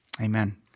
Amen